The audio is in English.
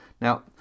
Now